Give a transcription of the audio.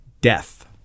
death